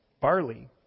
barley